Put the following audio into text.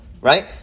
right